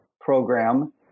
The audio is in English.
program